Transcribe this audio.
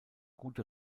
gute